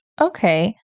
Okay